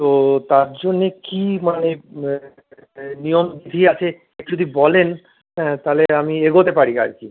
তো তার জন্যে কী মানে নিয়ম কী আছে একটু যদি বলেন হ্যাঁ তালে আমি এগোতে পারি আর কি